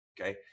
Okay